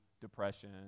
depression